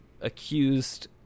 accused